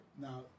now